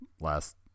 last